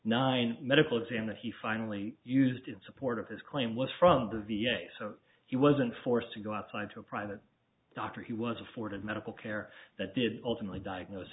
nine medical exam that he finally used in support of his claim was from the v a so he wasn't forced to go outside to a private doctor he was afforded medical care that did ultimately diagnose